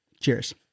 Cheers